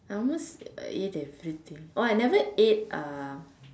I almost eat everything oh I never eat uh